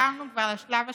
שחתמנו בו כבר על השלב השני,